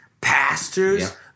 pastors